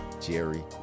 jerry